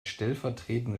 stellvertretende